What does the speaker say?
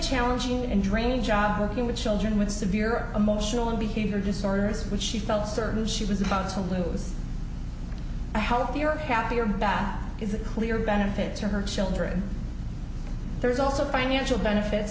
challenging and draining job working with children with severe emotional and behavioral disorders which she felt certain she was about to lose a healthier happier back is a clear benefit to her children there's also financial benefits